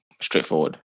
straightforward